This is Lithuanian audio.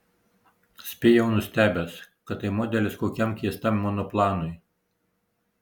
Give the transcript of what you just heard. spėjau nustebęs kad tai modelis kokiam keistam monoplanui